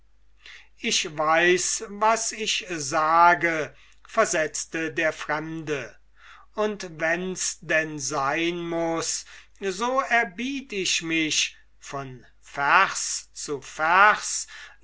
ich weiß was ich sage versetzte der fremde und wenn's denn sein muß so erbiet ich mich von vers zu vers